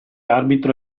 arbitro